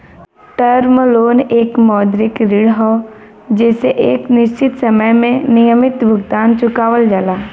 term loan एक मौद्रिक ऋण हौ जेसे एक निश्चित समय में नियमित भुगतान चुकावल जाला